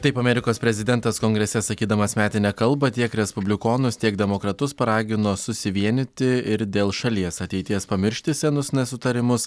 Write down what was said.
taip amerikos prezidentas kongrese sakydamas metinę kalbą tiek respublikonus tiek demokratus paragino susivienyti ir dėl šalies ateities pamiršti senus nesutarimus